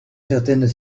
certaines